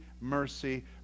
mercy